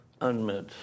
unmet